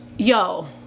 yo